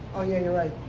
oh, yeah. you're right.